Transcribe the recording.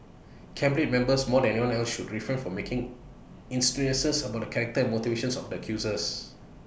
cabinet members more than anyone else should refrain from making insinuations about the character motivations of the accusers